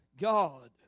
God